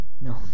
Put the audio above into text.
no